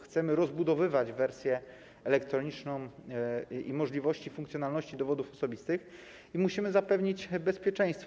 Chcemy rozbudowywać wersję elektroniczną i możliwości funkcjonalności dowodów osobistych i musimy zapewnić bezpieczeństwo.